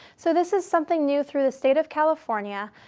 so this is something new through the state of california.